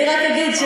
אני רק אגיד,